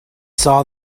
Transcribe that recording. saw